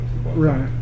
Right